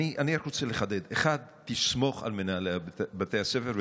אני רק רוצה לחדד: תסמוך על מנהלי בתי הספר.